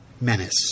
Menace